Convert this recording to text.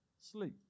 sleep